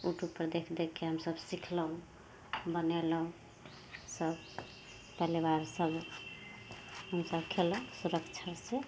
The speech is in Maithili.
उटूबपर देखि देखिके हमसभ सिखलहुँ बनेलहुँ सभ पलिबार सभ हमसभ खएलहुँ सुरक्षा से